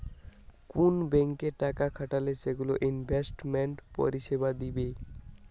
কুন ব্যাংকে টাকা খাটালে সেগুলো ইনভেস্টমেন্ট পরিষেবা দিবে